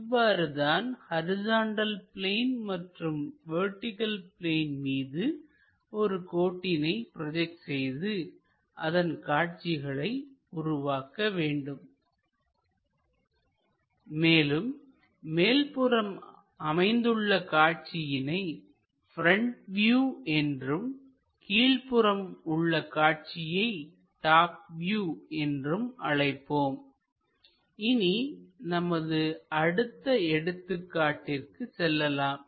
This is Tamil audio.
இவ்வாறுதான் ஹரிசாண்டல் பிளேன் மற்றும் வெர்டிகள் பிளேன் மீது ஒரு கோட்டினை ப்ரோஜெக்ட் செய்து அதன் காட்சிகளை உருவாக்க வேண்டும் மேலும் மேல்புறம் அமைந்துள்ள காட்சியினை ப்ரெண்ட் வியூ என்றும் கீழ்புறம் உள்ள காட்சியை டாப் வியூ என்றும் அழைப்போம் இனி நமது அடுத்த எடுத்துக்காட்டிற்கு செல்லலாம்